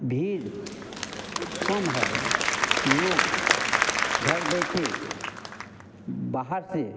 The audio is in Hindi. भीड़ कम है लोग घर बैठे बाहर से